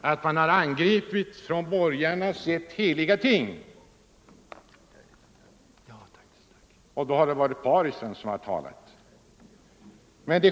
Då har man alltid angripit sådant som med borgarnas sätt att se har varit heliga ting. Då har det varit parias som talat. Men